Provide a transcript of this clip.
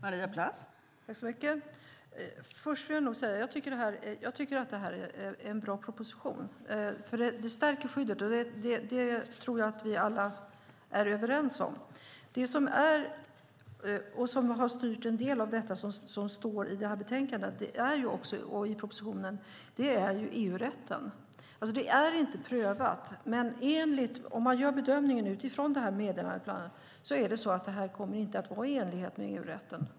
Fru talman! Först vill jag säga att jag tycker att det här är en bra proposition, för den stärker skyddet. Det tror jag att vi alla är överens om. Det som har styrt en del av det som står i betänkandet och i propositionen är ju EU-rätten. Det är inte prövat, men om man gör en bedömning, bland annat utifrån detta meddelande, kommer det här inte att vara i enlighet med EU-rätten.